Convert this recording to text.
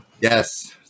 Yes